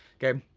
okay?